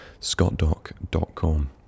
scottdoc.com